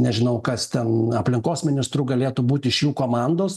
nežinau kas ten aplinkos ministru galėtų būti iš jų komandos